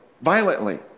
violently